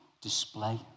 display